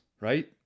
right